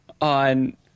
on